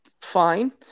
fine